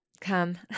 come